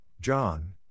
John